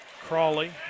Crawley